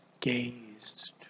gazed